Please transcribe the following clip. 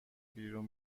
بیرون